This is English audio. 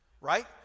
right